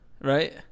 right